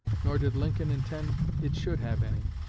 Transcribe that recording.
nor did lincoln intend it should have any.